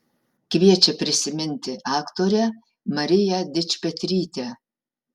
kviečia prisiminti aktorę mariją dičpetrytę